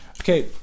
Okay